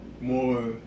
more